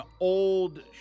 old